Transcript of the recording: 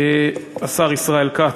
השר ישראל כץ.